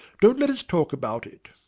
don't let us talk about it!